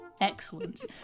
Excellent